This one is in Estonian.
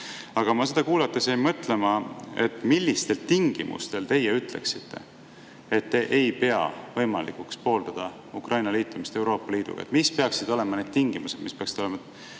Aga ma seda kuulates jäin mõtlema, millistel tingimustel teie ütleksite, et te ei pea võimalikuks pooldada Ukraina liitumist Euroopa Liiduga. Mis peaksid olema need tingimused, mis peaksid olema